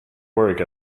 work